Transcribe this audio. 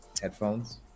headphones